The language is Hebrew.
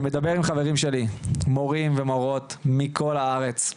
אני מדבר עם חברים שלי, מורים ומורות מכל הארץ.